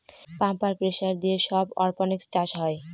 pump আর pressure দিয়ে সব অরপনিক্স চাষ হয়